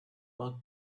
bug